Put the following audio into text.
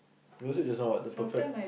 is it that's all the perfect